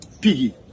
piggy